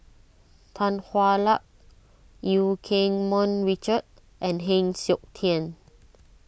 Tan Hwa Luck Eu Keng Mun Richard and Heng Siok Tian